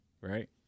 right